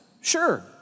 Sure